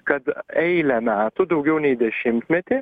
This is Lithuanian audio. kad eilę metų daugiau nei dešimtmetį